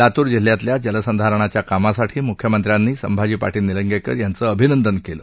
लातूर जिल्ह्यातल्या जलसंधारणाच्या कामासाठी मुख्यमंत्र्यांनी संभाजी पार्शिल निलंगेकर यांचं अभिनंदन केलं